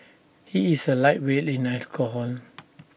he is A lightweight in alcohol